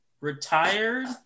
retired